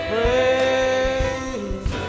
Praise